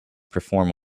perform